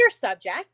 subject